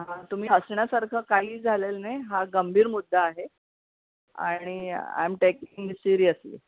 हां तुम्ही हसण्यासारखं काहीही झालेलं नाही हा गंभीर मुद्दा आहे आणि I am taking it seriously